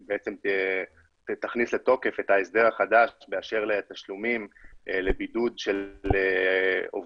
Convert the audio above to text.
שתכניס לתוקף את ההסדר החדש באשר לתשלומים לבידוד של עובדים,